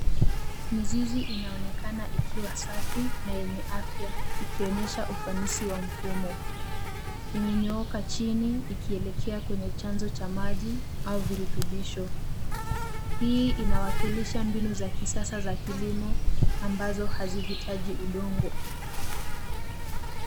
Mizizi inaonekana ikiwa safi na yenye afya, ikionyesha ufanisi wa mfumo. Imenyooka chini ikielekea kwenye chanzo cha maji au virutubisho. Hii inawakilisha mbinu za kisasa za kilimo ambazo hazihitaji udongo.